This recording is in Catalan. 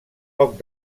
poc